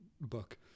book